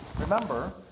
Remember